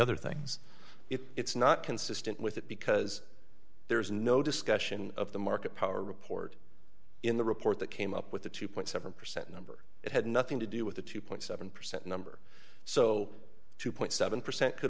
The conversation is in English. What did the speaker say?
other things if it's not consistent with it because there's no discussion of the market power report in the report that came up with the two point seven percent number it had nothing to do with the two seven percent number so two seven percent could